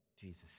Jesus